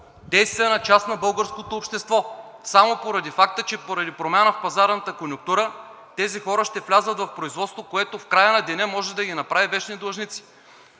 действена част от българското общество само поради факта, че поради промяна в пазарната конюнктура тези хора ще влязат в производство, което в края на деня може да ги направи вечни длъжници.